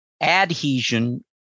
Adhesion